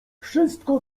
wszystko